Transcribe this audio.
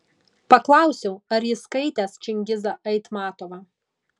paklausiau ar jis skaitęs čingizą aitmatovą